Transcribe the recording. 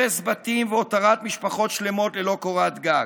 הרס בתים והותרת משפחות שלמות ללא קורת גג,